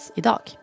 idag